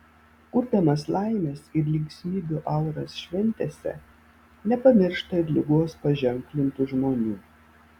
kurdamas laimės ir linksmybių auras šventėse nepamiršta ir ligos paženklintų žmonių